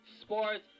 sports